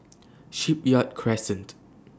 Shipyard Crescent